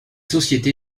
société